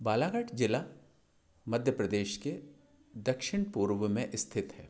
बालाघाट जिला मध्य प्रदेश के दक्षिण पूर्व में स्थित है